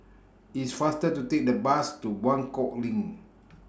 It's faster to Take The Bus to Buangkok LINK